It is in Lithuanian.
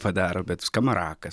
padaro bet skamarakas